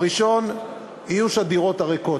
הראשון, איוש הדירות הריקות.